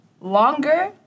longer